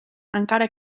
encara